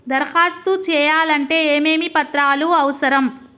దరఖాస్తు చేయాలంటే ఏమేమి పత్రాలు అవసరం?